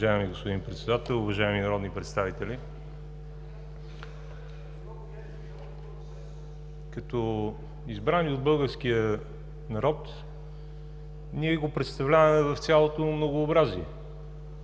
Уважаеми господин Председател, уважаеми народни представители! Като избрани от българския народ, ние го представляваме в цялото му многообразие